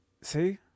See